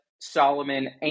Solomon